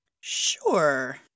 Sure